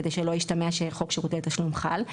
כדי שלא ישתמע שחוק שירותי התשלום חל,